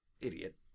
idiot